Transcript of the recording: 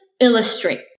illustrate